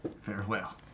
Farewell